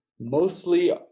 mostly